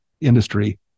industry